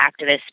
activists